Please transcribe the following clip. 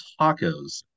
tacos